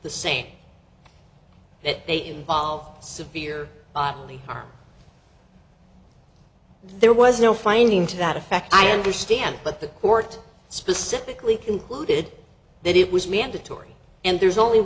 the same that may involve severe bodily harm there was no finding to that effect i understand but the court specifically concluded that it was mandatory and there's only